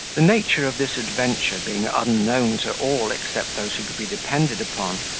the nature of this adventure being unknown to all except those who could be depended upon,